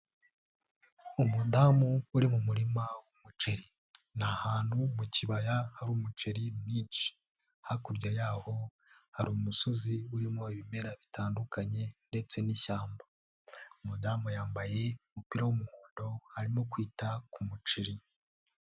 Umudamu uri mu murima w'umuceri. Ni ahantu mu kibaya hari umuceri mwinshi. Hakurya yaho hari umusozi urimo ibimera bitandukanye, ndetse n'ishyamba. Umudamu yambaye umupira w'umuhondo, arimo kwita ku muceri.